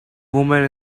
woman